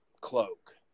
cloak